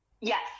Yes